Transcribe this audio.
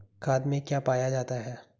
खाद में क्या पाया जाता है?